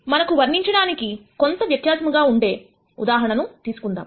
మనకు వర్ణించడానికి కొంత వ్యత్యాసంగా ఉండే ఉదాహరణ తీసుకుందాం